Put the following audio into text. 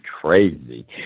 crazy